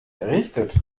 errichtet